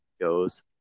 goes